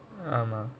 um err